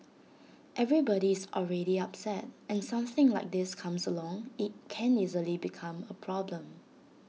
everybody is already upset and something like this comes along IT can easily become A problem